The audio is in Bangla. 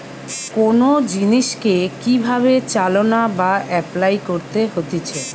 কোন জিনিসকে কি ভাবে চালনা বা এপলাই করতে হতিছে